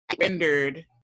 rendered